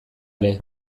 ere